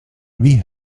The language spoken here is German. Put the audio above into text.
wie